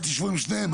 אז תשבו עם שניהם.